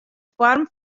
foarm